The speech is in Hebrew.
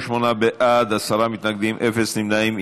48 בעד, עשרה מתנגדים, אפס נמנעים.